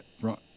front